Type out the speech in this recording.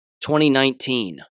2019